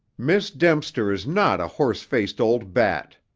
miss dempster is not a horse-faced old bat!